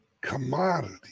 commodity